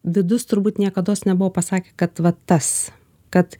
vidus turbūt niekados nebuvo pasakė kad va tas kad